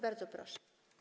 Bardzo proszę.